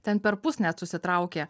ten perpus net susitraukė